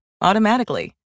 automatically